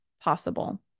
possible